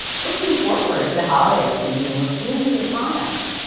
looking forward the holiday season will soon be upon us.